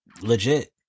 legit